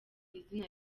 izina